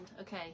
Okay